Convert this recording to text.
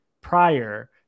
prior